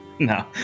No